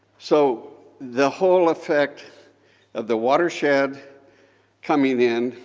so the whole effect of the watershed coming in,